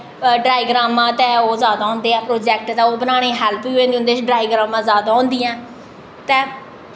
डायग्रमां ते ओह् जैदा होंदे ऐ प्रोजैक्ट ते ओह् बनाने गी हैल्प बी होंदी बनाने गी डायग्रमां जैदा होंदियां न ते